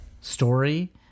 story